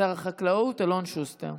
שר החקלאות אלון שוסטר.